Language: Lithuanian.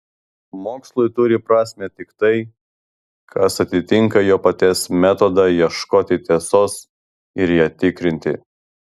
mokslui turi prasmę tik tai kas atitinka jo paties metodą ieškoti tiesos ir ją tikrinti